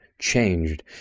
changed